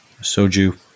Soju